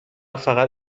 فقط